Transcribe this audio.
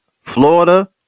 Florida